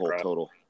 total